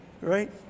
Right